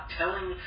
telling